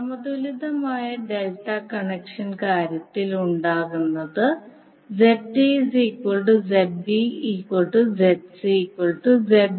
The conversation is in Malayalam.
സമതുലിതമായ ഡെൽറ്റ കണക്ഷൻ കാര്യത്തിൽ ഉണ്ടാകുന്നത് Za Zb Zc ZΔ